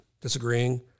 disagreeing